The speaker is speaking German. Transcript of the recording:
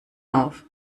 auf